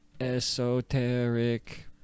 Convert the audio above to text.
Esoteric